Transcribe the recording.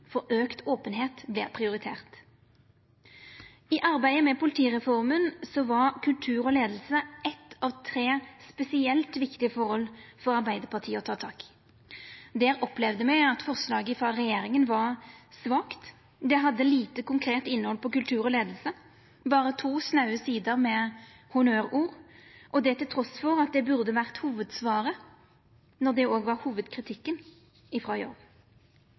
for større openheit vert prioritert. I arbeidet med politireforma var kultur og leiing eitt av tre spesielt viktige forhold for Arbeidarpartiet å ta tak i. Der opplevde me at forslaget frå regjeringa var svakt – det hadde lite konkret innhald om kultur og leiing, berre to snaue sider med honnørord, og det trass i at det burde ha vore hovudsvaret når det var hovudkritikken